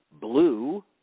blue